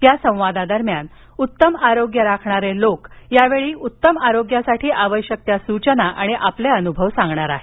यासंवादादरम्यान उत्तम आरोग्य राखणारे लोक या वेळी उत्तम आरोग्यासाठी आवश्यक तया सूचना अनुभव सांगणार आहेत